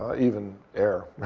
even air.